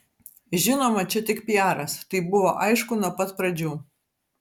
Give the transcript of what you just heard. žinoma čia tik piaras tai buvo aišku nuo pat pradžių